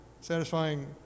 satisfying